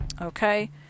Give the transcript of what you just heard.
Okay